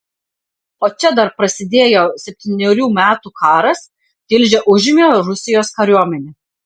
o čia dar prasidėjo septynerių metų karas tilžę užėmė rusijos kariuomenė